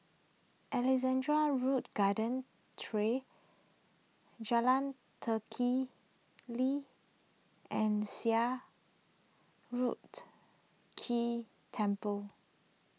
Alexandra Road Garden Trail Jalan and Silat Road Temple